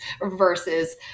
versus